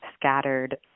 scattered